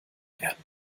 werden